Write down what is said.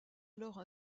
alors